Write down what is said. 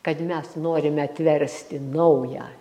kad mes norime atversti naują